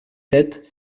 sept